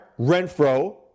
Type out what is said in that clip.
Renfro